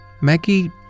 Maggie